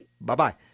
Bye-bye